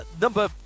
number